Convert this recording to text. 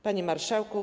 Panie Marszałku!